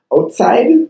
outside